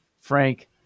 Frank